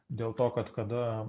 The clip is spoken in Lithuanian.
dėl to kad kada